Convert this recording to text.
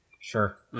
Sure